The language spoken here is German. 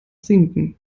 sinken